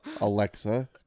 Alexa